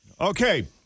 Okay